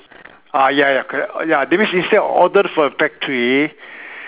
ah ya ya correct ya that means instead of order from a factory